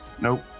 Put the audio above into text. nope